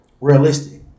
realistic